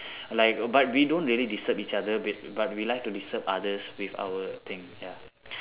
like but we don't really disturb each other b~ but we like to disturb others with our thing ya